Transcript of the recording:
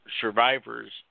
survivors